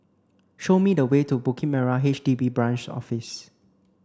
show me the way to Bukit Merah H D B Branch Office